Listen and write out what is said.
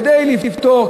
כדי לפתור,